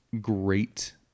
great